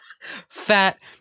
Fat